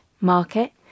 market